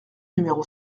numéro